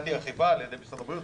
--- על ידי משרד הבריאות.